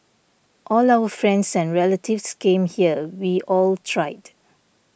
all our friends and relatives came here we all tried